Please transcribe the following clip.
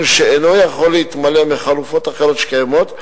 שאינו יכול להתמלא מחלופות אחרות שקיימות,